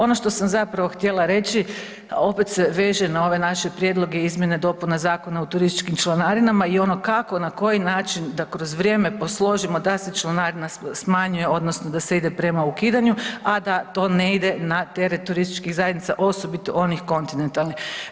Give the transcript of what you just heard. Ono što sam zapravo htjela reći opet se veže na ove naše prijedloge i izmjene dopuna Zakona o turističkim članarinama i ono kako na koji način da kroz vrijeme posložimo da se članarina smanjuje odnosno da se ide prema ukidanju, a da to ne ide na teret turističkih zajednica, osobito onih kontinentalnih.